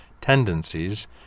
tendencies